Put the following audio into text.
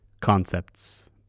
concepts